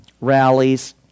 rallies